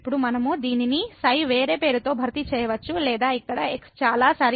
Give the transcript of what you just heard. ఇప్పుడు మనం దీనిని ξ వేరే పేరుతో భర్తీ చేయవచ్చు లేదా ఇక్కడ x చాలా సరి అయినది